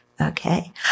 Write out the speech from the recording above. Okay